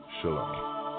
Shalom